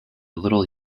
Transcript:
little